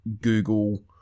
Google